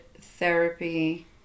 therapy